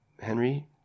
Henry